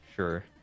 Sure